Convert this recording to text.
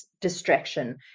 distraction